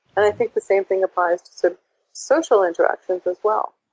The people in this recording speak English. i think the same thing applies to so social interactions as well.